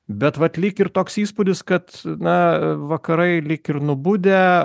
bet vat lyg ir toks įspūdis kad na vakarai lyg ir nubudę